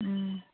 ꯎꯝ